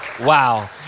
Wow